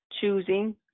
choosing